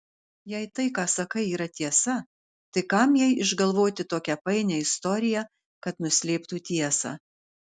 jei tai ką sakai yra tiesa tai kam jai išgalvoti tokią painią istoriją kad nuslėptų tiesą